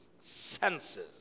senses